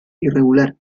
irregular